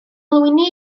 lwyni